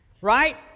right